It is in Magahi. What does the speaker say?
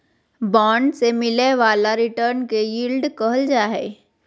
बॉन्ड से मिलय वाला रिटर्न के यील्ड कहल जा हइ